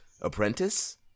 apprentice